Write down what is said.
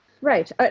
right